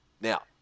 now